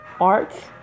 art